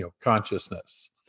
consciousness